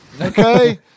Okay